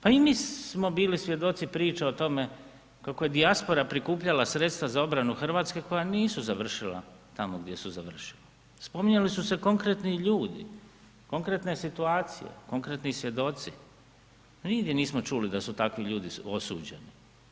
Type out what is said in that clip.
Pa i mi smo bili svjedoci priča o tome kako je dijaspora prikupljala sredstva za obranu Hrvatske koja nisu završila tamo gdje su završila, spominjali su se konkretni ljudi, konkretne situacije, konkretni svjedoci, nigdje nismo čuli da su takvi ljudi osuđeni.